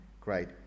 great